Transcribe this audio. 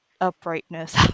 uprightness